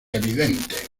evidente